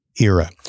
era